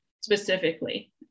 specifically